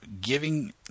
giving